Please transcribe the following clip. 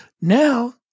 Now